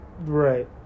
right